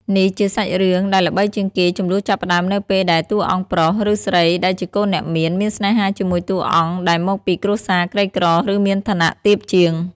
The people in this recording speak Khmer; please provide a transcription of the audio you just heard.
នេះជាសាច់រឿងដែលល្បីជាងគេ ជម្លោះចាប់ផ្ដើមនៅពេលដែលតួអង្គប្រុស ឬស្រីដែលជាកូនអ្នកមាន មានស្នេហាជាមួយតួអង្គដែលមកពីគ្រួសារក្រីក្រ ឬមានឋានៈទាបជាង។